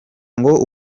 ngo